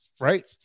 right